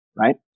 right